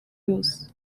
yose